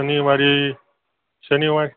शनिवारी शनिवारी